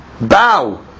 bow